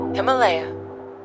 Himalaya